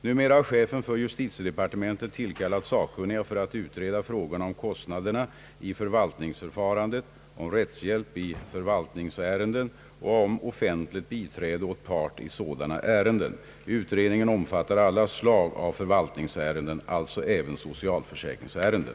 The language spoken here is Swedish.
Numera har chefen för justitiedepartementet tillkallat sakkunniga för att utreda frågorna om kostnaderna i förvaltningsförfarandet, om rättshjälp i förvaltningsärenden och om offentligt biträde åt part i sådana ärenden. Utredningen omfattar alla slag av förvaltningsärenden, alltså även socialförsäkringsärenden.